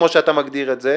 כמו שאתה מגדיר את זה,